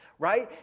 right